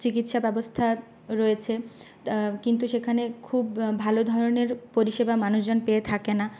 চিকিৎসা ব্যবস্থা রয়েছে কিন্তু সেখানে খুব ভালো ধরনের পরিষেবা মানুষজন পেয়ে থাকে না